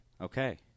Okay